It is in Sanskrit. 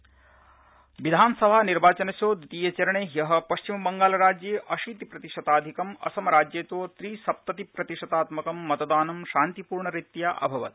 निर्वाचनम् विधानसभानिर्वाचनस्य द्वितीये चरणे ह्य परिचमबंगालराज्ये अशीतिप्रतिशताधिकम् असमराज्ये चे त्रिसप्तति प्रतितात्मकम् मतदानम् शांतिपूर्णरीत्या अभवत्